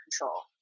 control